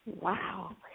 Wow